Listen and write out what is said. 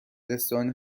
رستوران